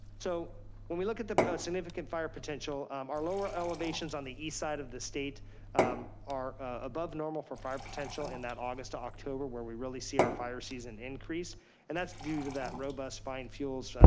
so when we look at the significant fire potential um our lower elevations on the east side of the state are above normal for fire potential in that august to october where we really see our fire season increase and that's due to that robust fine fuels,